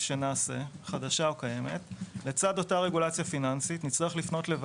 ימצא לנכון,